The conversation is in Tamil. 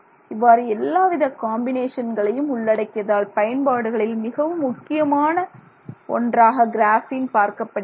இவ்வாறு எல்லாவிதமான காம்பினேஷன்களையும் உள்ளடக்கியதால் பயன்பாடுகளில் மிகவும் முக்கியமான ஒன்றாக கிராபின் பார்க்கப்படுகிறது